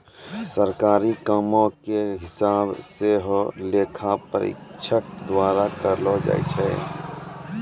सरकारी कामो के हिसाब सेहो लेखा परीक्षक द्वारा करलो जाय छै